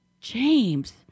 James